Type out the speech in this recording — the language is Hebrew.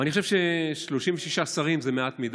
אבל אני חושב ש-36 שרים זה מעט מדי.